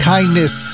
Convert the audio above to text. Kindness